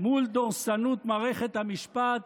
מול דורסנות מערכת המשפט,